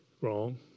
Wrong